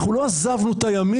אנחנו לא עזבנו את הימין,